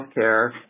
healthcare